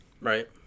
Right